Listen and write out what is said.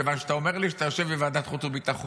כיוון שאתה אומר לי שאתה יושב בוועדת חוץ וביטחון,